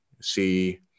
see